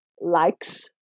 likes